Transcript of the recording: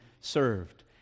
served